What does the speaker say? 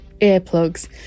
earplugs